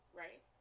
right